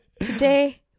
Today